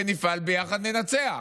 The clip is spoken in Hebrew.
ונפעל, שביחד ננצח.